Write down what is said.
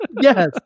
yes